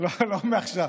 לא מעכשיו.